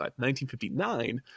1959